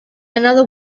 another